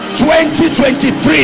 2023